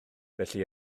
felly